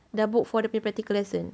dah book for dia punya practical lesson